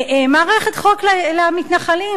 מערכת חוק למתנחלים,